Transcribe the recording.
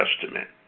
Testament